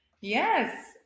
Yes